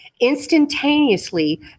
instantaneously